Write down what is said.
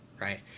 Right